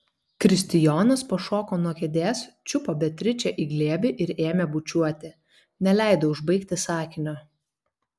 kristijonas pašoko nuo kėdės čiupo beatričę į glėbį ir ėmė bučiuoti neleido užbaigti sakinio